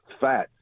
fat